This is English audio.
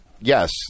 yes